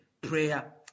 prayer